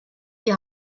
die